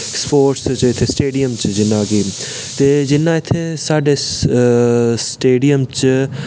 sports च stadium च जि'यां इत्थै साढ़े स्टेडियम च